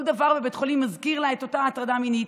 כל דבר בבית חולים מזכיר לה את אותה הטרדה מינית.